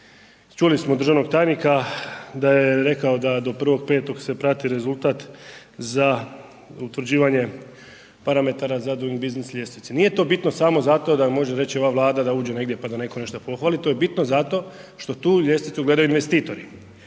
Čuli smo od državnog tajnika da je rekao da do 1.5. se prati rezultat za utvrđivanje parametara za Doing Business ljestvice. Nije to bitno samo zato da može reći ova Vlada da uđe negdje pa da netko nešto pohvali, to je bitno zato što tu ljestvicu gledaju investitori.